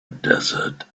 desert